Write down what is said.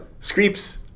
Screeps